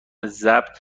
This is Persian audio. ضبط